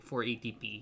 480p